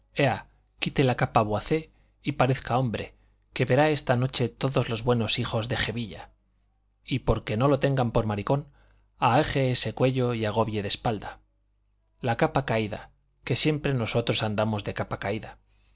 quite la capa vuacé y parezca hombre que verá esta noche todos los buenos hijos de jevilla y porque no lo tengan por maricón ahaje ese cuello y agobie de espaldas la capa caída que siempre nosotros andamos de capa caída